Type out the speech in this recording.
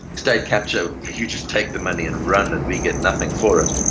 state capture, you just take the money and run and we get nothing for it.